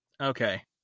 Okay